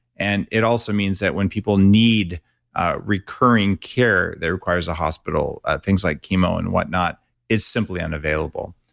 and it also means that when people need a recurring care that requires a hospital, things like chemo and whatnot is simply unavailable.